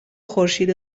خورشید